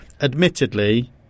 Admittedly